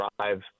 drive